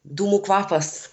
dūmų kvapas